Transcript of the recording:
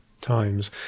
times